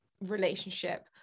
relationship